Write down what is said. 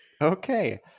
Okay